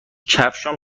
کفشهام